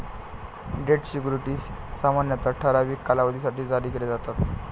date securities सामान्यतः ठराविक कालावधीसाठी जारी केले जातात